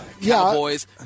Cowboys